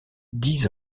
dix